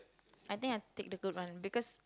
I think I take the good one because